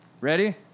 Ready